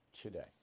today